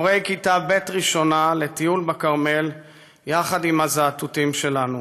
הורי כיתה ב'1, לטיול בכרמל יחד עם הזאטוטים שלנו.